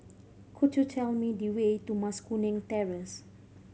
could you tell me the way to Mas Kuning Terrace